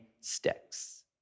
sticks